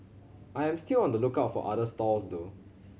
I am still on the lookout for other stalls though